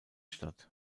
statt